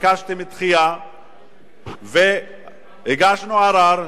ביקשתם דחייה והגשנו ערר.